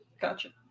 Gotcha